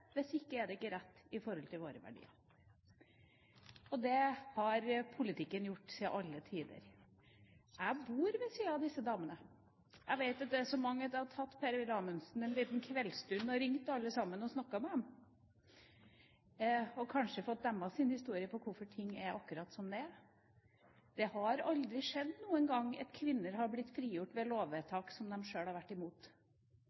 hvis ikke er det ikke rett i forhold til våre verdier. Og det har politikken gjort til alle tider. Jeg bor ved siden av disse damene. Jeg vet at det er så mange at det ville tatt Per-Willy Amundsen en liten kveldsstund å ringe alle sammen og snakke med dem og kanskje få deres historier om hvorfor ting er akkurat som de er. Det har aldri noen gang skjedd at kvinner har blitt frigjort ved